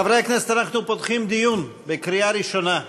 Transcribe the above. חברי הכנסת, אנחנו פותחים דיון בקריאה ראשונה.